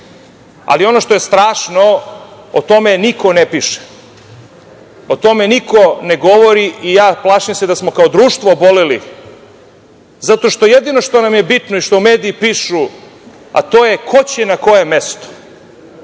što je strašno o tome niko ne piše. O tome niko ne govori i plašim se da smo kao društvo oboleli zato što jedino što nam je bitno i što mediji pišu, a to je ko će na koje mesto,